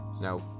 Now